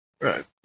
Right